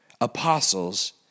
apostles